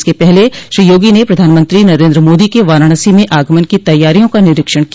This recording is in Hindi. इसके पहले श्री योगी ने प्रधानमंत्री नरेन्द्र मोदी के वाराणसी में आगमन की तैयारियों का निरीक्षण किया